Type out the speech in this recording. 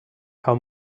how